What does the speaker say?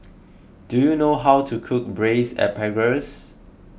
do you know how to cook Braised Asparagus